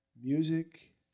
Music